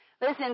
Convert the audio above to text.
Listen